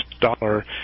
dollar